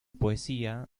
poesía